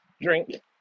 Drink